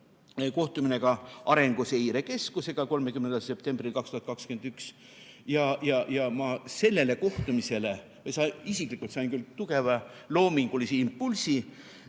kohtumine Arenguseire Keskusega 30. septembril 2021. Ma sellel kohtumisel isiklikult sain tugeva loomingulise impulsi,